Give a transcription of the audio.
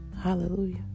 Hallelujah